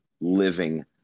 living